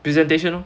presentation lor